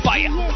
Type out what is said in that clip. Fire